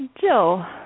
Jill